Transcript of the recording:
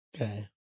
Okay